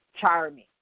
charming